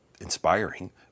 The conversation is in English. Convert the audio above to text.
inspiring